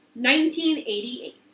1988